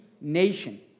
nation